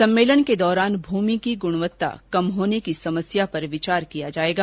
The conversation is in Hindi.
सम्मेलन के दौरान भूमि की गुणवत्ता कम होने की समस्या पर विचार किया जाएगा